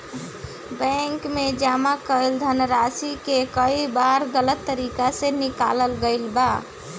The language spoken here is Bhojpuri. बैंक में जमा कईल धनराशि के कई बार गलत तरीका से निकालल गईल बा